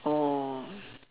oh